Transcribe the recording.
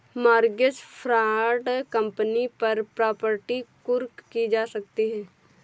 mortgage fraud करने पर property कुर्क की जा सकती है